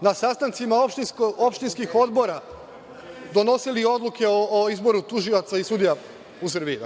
na sastancima opštinskih odbora donosili odluke o izboru tužilaca i sudija u Srbiji.